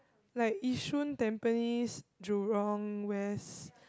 like Yishun Tampines Jurong-West